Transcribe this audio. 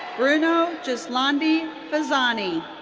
bruno ghislandi fazzani.